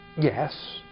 Yes